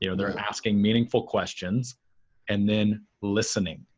you know they're asking meaningful questions and then listening,